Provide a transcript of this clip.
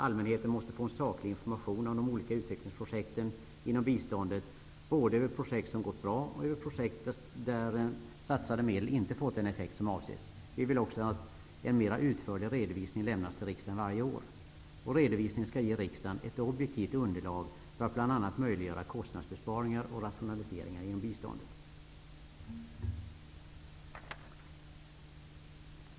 Allmänheten måste få en saklig information om de olika utvecklingsprojekten inom biståndet -- både över projekt som gått bra och över projekt där satsade medel inte fått den effekt som avsetts. Vi vill också att en mera utförlig redovisning lämnas till riksdagen varje år. Redovisningen skall ge riksdagen ett objektivt underlag för att bl.a. möjliggöra kostnadsbesparingar och rationaliseringar inom biståndet.